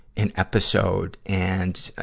and episode and